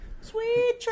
Sweet